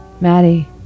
Maddie